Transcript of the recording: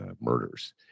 murders